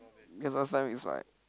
because last time is like